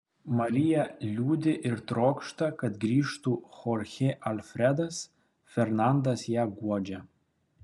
marija liūdi ir trokšta kad grįžtų chorchė alfredas fernandas ją guodžia